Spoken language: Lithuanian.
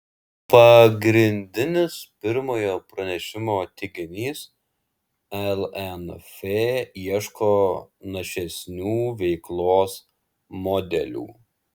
pagrindinis pirmojo pranešimo teiginys lnf ieško našesnių veiklos modelių